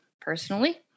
personally